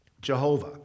Jehovah